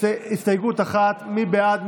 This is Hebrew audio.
זה הסתייגות מס' 1. מי בעד?